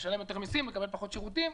נשלם יותר מיסים, נקבל פחות שירותים.